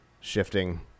shifting